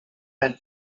meant